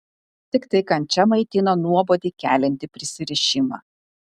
tiktai kančia maitino nuobodį keliantį prisirišimą